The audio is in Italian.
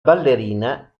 ballerina